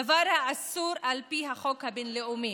דבר האסור על פי החוק הבין-לאומי.